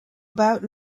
about